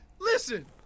listen